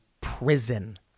prison